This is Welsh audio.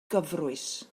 gyfrwys